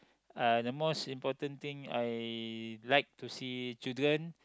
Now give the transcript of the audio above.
uh the most important thing I like to see children